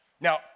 Now